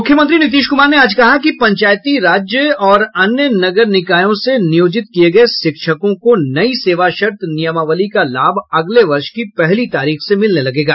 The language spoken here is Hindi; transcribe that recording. मुख्यमंत्री नीतीश कुमार ने आज कहा कि पंचायती राज्य और अन्य नगर निकायों से नियोजित किये गये शिक्षकों को नयी सेवा शर्त नियमावली का लाभ अगले वर्ष की पहली तारीख से मिलने लगेगा